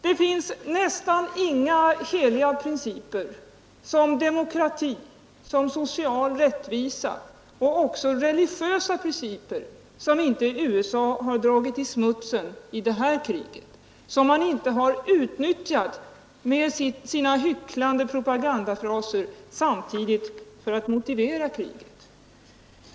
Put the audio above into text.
Det finns nästan inga heliga principer, som demokrati, social rättvisa och även religiösa principer, som inte USA har dragit i smutsen i det här kriget och som de inte samtidigt har utnyttjat i sina hycklande propagandafraser för att motivera kriget.